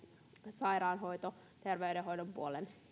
ter veydenhoidon puolen